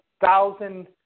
thousand